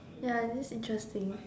ya this interesting